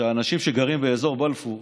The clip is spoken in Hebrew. שאנשים שגרים באזור בלפור